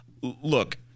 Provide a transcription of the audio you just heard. Look